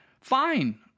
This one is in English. Fine